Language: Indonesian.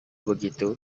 begitu